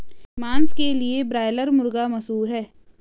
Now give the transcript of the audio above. मांस के लिए ब्रायलर मुर्गा मशहूर है